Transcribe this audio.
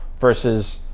versus